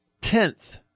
tenth